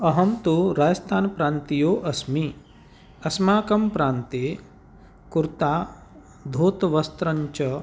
अहं तु राजस्थानप्रान्तियः अस्मि अस्माकं प्रान्ते कुर्ता धौतवस्त्रञ्च